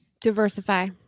Diversify